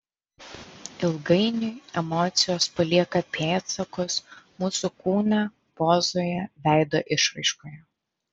ilgainiui emocijos palieka pėdsakus mūsų kūne pozoje veido išraiškoje